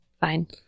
Fine